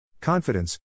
Confidence